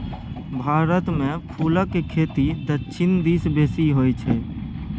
भारतमे फुलक खेती दक्षिण दिस बेसी होय छै